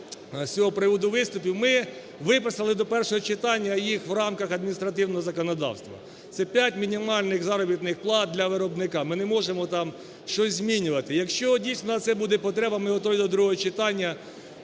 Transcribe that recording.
з цього приводу виступів. Ми виписали до першого читання їх в рамках адміністративного законодавства, це п'ять мінімальних заробітних плат для виробника. Ми не можемо там щось змінювати. Якщо дійсно на це буде потреба, ми готові до другого читання